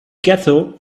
ghetto